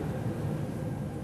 תוחלת החיים.